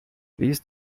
these